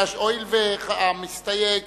הואיל והמסתייג